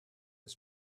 has